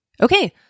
Okay